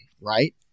right